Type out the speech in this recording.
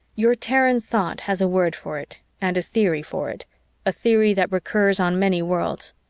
your terran thought has a word for it and a theory for it a theory that recurs on many worlds.